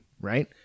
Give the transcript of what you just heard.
right